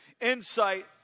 insight